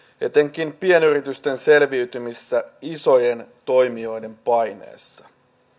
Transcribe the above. etenkin pienyritysten selviytymistä isojen toimijoiden paineessa